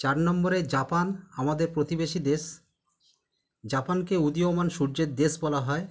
চার নম্বরে জাপান আমাদের প্রতিবেশী দেশ জাপানকে উদীয়মান সূর্যের দেশ বলা হয়